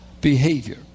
behavior